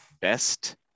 best